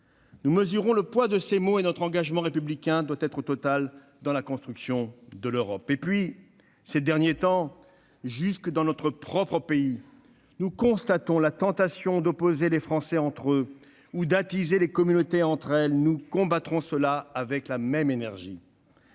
Nous mesurons le poids de ses mots et notre engagement républicain doit être total au service de la construction de l'Europe. Ces derniers temps, jusque dans notre propre pays, nous constatons la tentation d'opposer les Français entre eux, ou d'attiser les communautés entre elles. Nous combattrons cela avec la même énergie